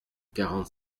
quarante